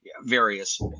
various